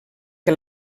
que